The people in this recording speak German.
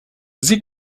sie